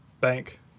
bank